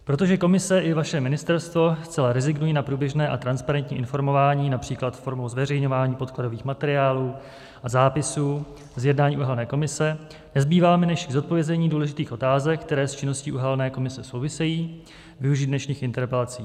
Protože komise i vaše ministerstvo zcela rezignují na průběžné a transparentní informování například formou zveřejňování podkladových materiálů a zápisů z jednání uhelné komise, nezbývá mi, než k zodpovězení důležitých otázek, které s činností uhelné komise souvisejí, využít dnešních interpelací.